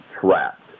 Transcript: trapped